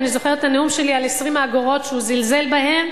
אני זוכרת את הנאום שלי על 20 האגורות שהוא זלזל בהן,